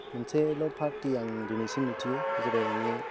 मोनसेल' पार्टि आं दिनैसिम मिथियो बे जाबाय जोंनि